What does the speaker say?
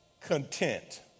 content